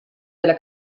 della